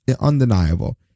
undeniable